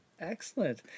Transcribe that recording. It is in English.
excellent